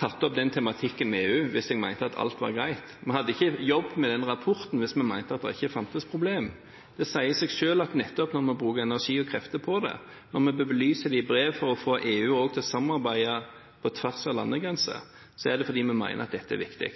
tatt opp denne tematikken med EU hvis jeg mente at alt var greit. Vi hadde ikke jobbet med denne rapporten hvis vi mente at det ikke fantes problemer. Det sier seg selv at når vi bruker energi og krefter på det, når vi belyser det i brev for å få EU også til å samarbeide på tvers av landegrenser, er det nettopp fordi vi mener at dette er viktig.